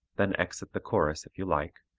then exit the chorus if you like,